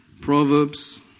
Proverbs